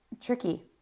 tricky